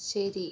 ശരി